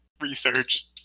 research